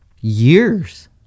years